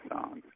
songs